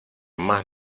más